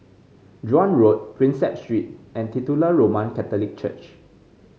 Joan Road Prinsep Street and Titular Roman Catholic Church